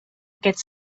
aquest